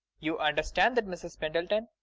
you understand that, mrs. pendleton,